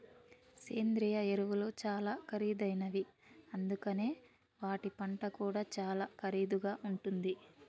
సేంద్రియ ఎరువులు చాలా ఖరీదైనవి అందుకనే వాటి పంట కూడా చాలా ఖరీదుగా ఉంటుంది